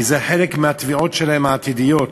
כי זה חלק מהתביעות שלהם, העתידיות.